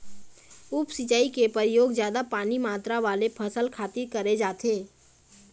उप सिंचई के परयोग जादा पानी मातरा वाले फसल खातिर करे जाथे